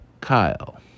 Kyle